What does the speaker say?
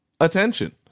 attention